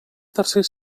tercer